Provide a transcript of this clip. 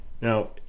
Now